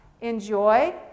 enjoy